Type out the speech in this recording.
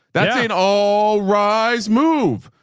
that's an all rise move.